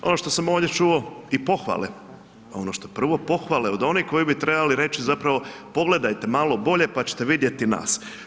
Ono što sam ovdje čuo i pohvale, ono što prvo pohvale od onih koji bi trebali reći zapravo, pogledajte malo bolje, pa ćete vidjeti nas.